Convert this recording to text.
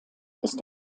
ist